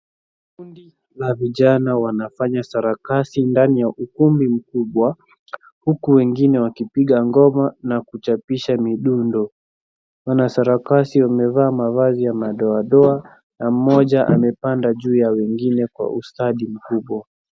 Kundi la vijana wanafanya sarakasi ndani ya ukumbi mkubwa, huku wengine wakipiga ngoma na kuchapisha midundo. Wanasarakasi wamevalia mavazi ya madoadoa na mmoja amepanda juu ya wengine kwa ustadi mkubwa.